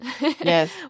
Yes